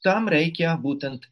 tam reikia būtent